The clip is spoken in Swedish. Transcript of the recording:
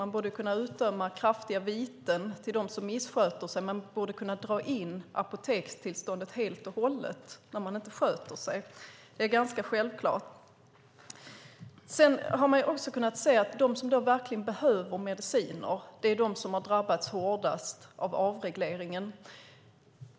Man borde kunna utdöma kraftiga viten till dem som missköter sig, och man borde kunna dra in apotekstillståndet helt och hållet när någon inte sköter sig. Det är ganska självklart. Sedan har man också kunnat se att de som verkligen behöver mediciner är de som har drabbats hårdast av avregleringen.